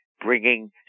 bringing